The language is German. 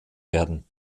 werden